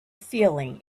feeling